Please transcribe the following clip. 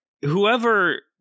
whoever